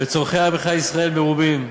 וצורכי עמך ישראל מרובים.